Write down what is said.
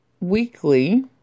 weekly